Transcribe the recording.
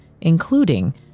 including